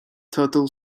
turtle